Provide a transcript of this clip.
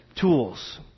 tools